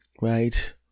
right